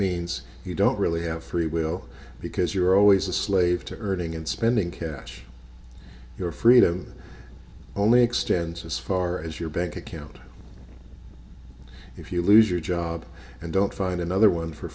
means you don't really have free will because you're always a slave to earning and spending cash your freedom only extends as far as your bank account if you lose your job and don't find another one for